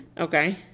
Okay